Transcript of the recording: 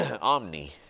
omni